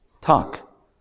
Talk